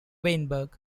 weinberg